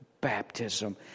baptism